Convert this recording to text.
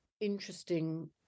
interesting